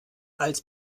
als